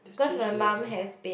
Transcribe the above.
cause my mom has been